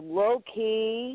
low-key